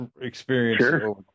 experience